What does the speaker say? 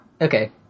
okay